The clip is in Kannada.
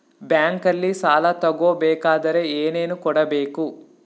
ಬ್ಯಾಂಕಲ್ಲಿ ಸಾಲ ತಗೋ ಬೇಕಾದರೆ ಏನೇನು ಕೊಡಬೇಕು?